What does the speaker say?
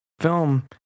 film